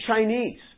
Chinese